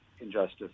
injustice